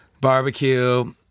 barbecue